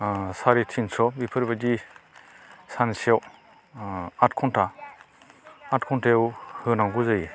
ओ साराइथिनस' बिफोरबायदि सानसेआव आठ घन्टा आठ घन्टायाव होनांगौ जायो